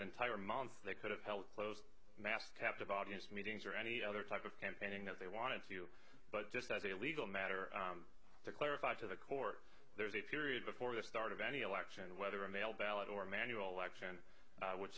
entire month they could have helped close mass captive audience meetings or any other type of campaigning that they wanted to but just as a legal matter to clarify to the court there was a period before the start of any election whether a mail ballot or manual election which